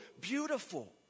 beautiful